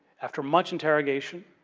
after much interrogation